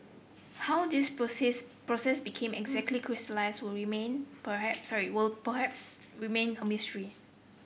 how this process process became exactly crystallised will remain perhaps will perhaps remain a mystery